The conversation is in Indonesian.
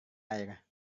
air